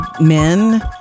men